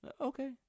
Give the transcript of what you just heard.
Okay